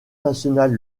nationale